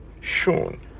shown